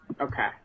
Okay